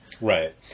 Right